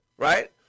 Right